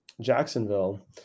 Jacksonville